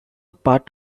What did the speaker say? part